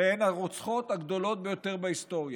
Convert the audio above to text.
והן הרוצחות הגדולות ביותר בהיסטוריה.